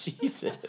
Jesus